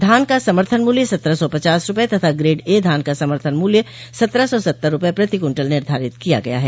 धान का समर्थन मूल्य सत्रह सौ पचास रूपये तथा ग्रेड ए धान का समर्थन मूल्य सत्रह सौ सत्तर रूपये प्रति कुन्टल निर्धारित किया गया है